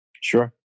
Sure